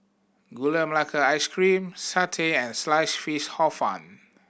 Gula Melaka Ice Cream satay and Sliced Fish Hor Fun